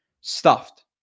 stuffed